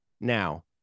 Now